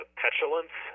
petulance